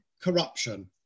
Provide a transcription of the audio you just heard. corruption